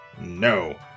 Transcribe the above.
No